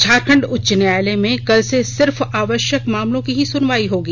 झारखंड उच्च न्यायालय में कल से सिर्फ आवश्यक मामलों की ही सुनवाई होगी